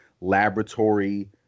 laboratory